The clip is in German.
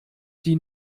die